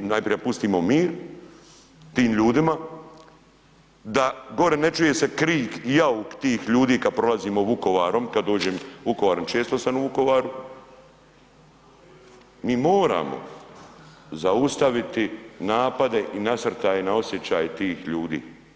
najprije pustimo mir tim ljudima da gore ne čuje se krik i jauk tih ljudi kada prolazimo Vukovarom kada dođem u Vukovar, često sam u Vukovaru mi moramo zaustaviti napade i nasrtaje na osjećaje tih ljudi.